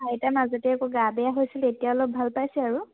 আইতাৰ মাজতে আকৌ গা বেয়া হৈছিলে এতিয়া অলপ ভাল পাইছে আৰু